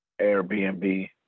Airbnb